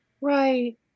Right